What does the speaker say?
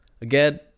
again